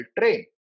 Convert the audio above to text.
train